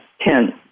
Ten